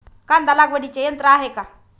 कांदा लागवडीचे यंत्र आहे का?